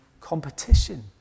competition